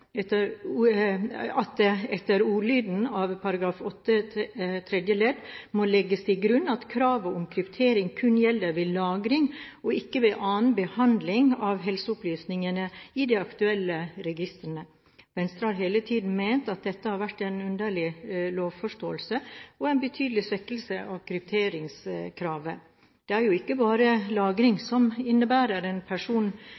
og ikke ved annen behandling av helseopplysningene i de aktuelle registrene. Venstre har hele tiden ment at dette har vært en underlig lovforståelse og en betydelig svekkelse av krypteringskravet. Det er jo ikke bare lagring